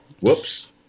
Whoops